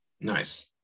Nice